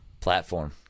Platform